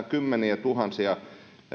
kymmeniätuhansia